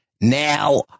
Now